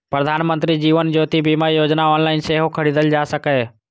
प्रधानमंत्री जीवन ज्योति बीमा योजना ऑनलाइन सेहो खरीदल जा सकैए